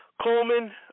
Coleman